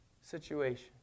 situation